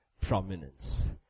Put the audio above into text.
prominence